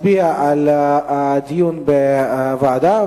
מצביע על הדיון בוועדה.